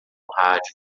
rádio